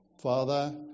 Father